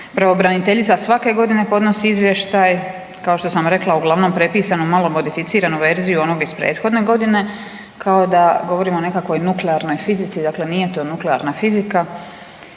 pravobraniteljica svake godine podnosi izvještaj, kao što sam rekla uglavnom prepisano, malo modificiranu verziju onog iz prethodne godine kao da govorimo o nekakvoj nuklearnoj fizici, dakle nije to nuklearna fizika.